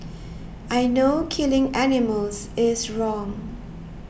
I know killing animals is wrong